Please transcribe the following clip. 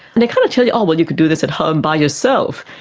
they kind of tell you, ah well, you can do this at home by yourself.